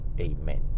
amen